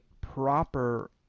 proper